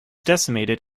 decimated